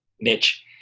niche